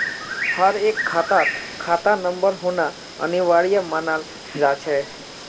हर एक खातात खाता नंबर होना अनिवार्य मानाल जा छे